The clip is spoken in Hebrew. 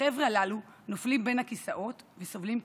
החבר'ה הללו נופלים בין הכיסאות וסובלים קשות.